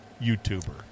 YouTuber